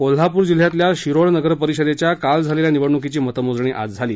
कोल्हापूर जिल्ह्यातल्या शिरोळ नगरपरिषदेच्या काल झालेल्या निवडणुकीची मतमोजणी आज झाली